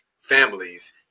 families